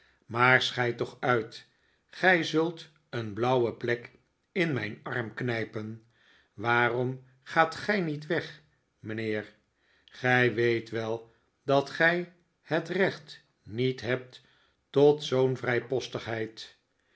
maar schei toch uit gij zult een blauwe plek in mijn arm knijpen waarom gaat gij niet weg mijnheer gij weet wel dat gij het recht niet hebt tot zoo'n